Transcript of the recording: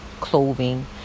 clothing